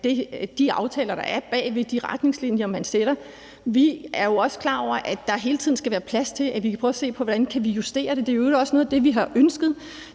de aftaler, der er bag de retningslinjer, man sætter. Vi er jo også klar over, at der hele tiden skal være plads til at prøve at se på, hvordan vi kan justere det. I øvrigt er det også noget af det, vi har ønsket.